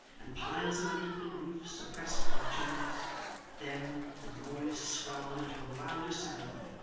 and piles of unequal roofs oppressed by chimneys then, the noise swelled into a louder sound,